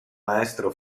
maestro